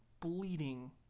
bleeding